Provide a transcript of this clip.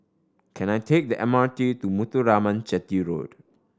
can I take the M R T to Muthuraman Chetty Road